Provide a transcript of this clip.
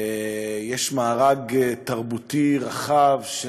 יש מארג תרבותי רחב של